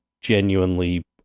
genuinely